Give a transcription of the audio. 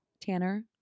Tanner